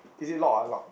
is it lock or unlock